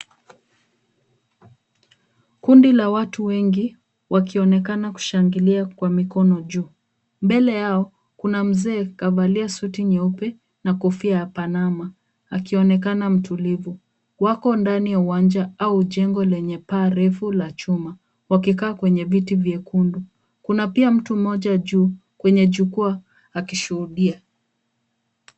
Kundi la watu wengi wakionekana kushangilia kwa mikono juu. Mbele yao kuna mzee kavalia suti nyeupe na kofia ya panama akionekana mtulivu. Wako ndani ya uwanja au jengo lenye paa refu la chuma wakikaa kwenye viti vyekundu. Kuna pia mtu mmoja juu kwenye jukwaa akishuhudia.